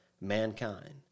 mankind